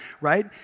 Right